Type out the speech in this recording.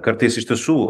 kartais iš tiesų